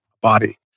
body